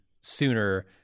sooner